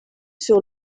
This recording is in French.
sur